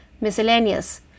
Miscellaneous